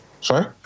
Sorry